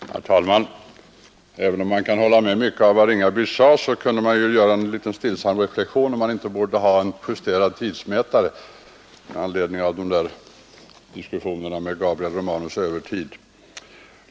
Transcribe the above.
Herr talman! Även om man kan hålla med om mycket av vad herr Ringaby sade, kan man ju göra en liten stillsam reflexion, att vi kanske borde ha en justerad tidsmätare med anledning av de där diskussionerna om Gabriel Romanus” övertid.